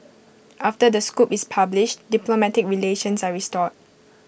after the scoop is published diplomatic relations are restored